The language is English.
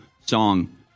song